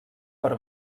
per